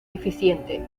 eficiente